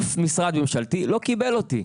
אף משרד ממשלתי לא קיבל אותי.